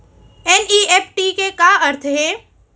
NEFT के का अर्थ है?